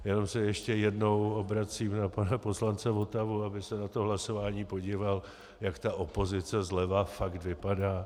Jenom se ještě jednou obracím na pana poslance Votavu, aby se na to hlasování podíval, jak ta opozice zleva fakt vypadá.